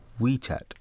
WeChat